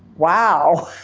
wow!